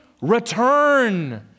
Return